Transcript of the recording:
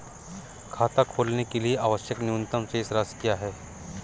खाता खोलने के लिए आवश्यक न्यूनतम शेष राशि क्या है?